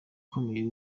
ukomeye